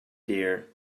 deer